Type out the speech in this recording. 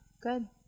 Good